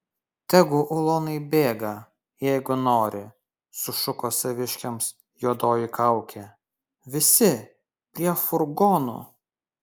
tegu ulonai bėga jeigu nori sušuko saviškiams juodoji kaukė visi prie furgonų